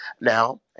Now